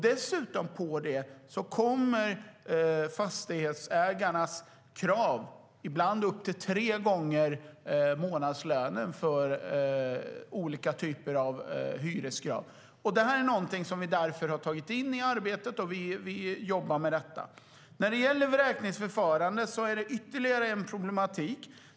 Dessutom kommer, ovanpå det, fastighetsägarnas olika typer av hyreskrav på ibland upp till tre gånger månadslönen. Det är någonting vi därför har tagit in i arbetet, och vi jobbar med det. När det gäller vräkningsförfarandet är det ytterligare en problematik.